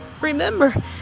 Remember